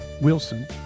Wilson